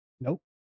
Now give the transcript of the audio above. Nope